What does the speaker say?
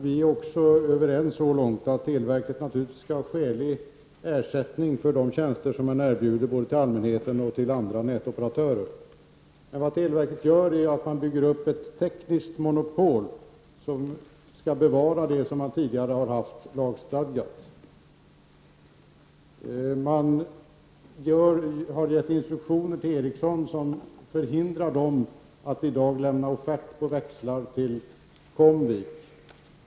Birger Rosqvist och jag är överens så långt att televerket naturligtvis skall ha skälig ersättning för de tjänster som man erbjuder både till allmänheten och till andra nätoperatörer. Men nu bygger televerket upp ett tekniskt monopol som skall bevara det som tidigare var lagstadgat. Ericsson har fått instruktioner som förhindrar bolaget att i dag lämna offert på växlar till Comvik.